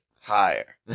Higher